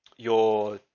your